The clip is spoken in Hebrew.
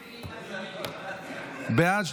בעד,